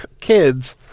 kids